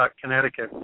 Connecticut